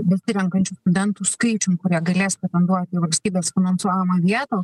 besirenkančių studentų skaičium kurie galės pretenduoti į valstybės finansuojamą vietą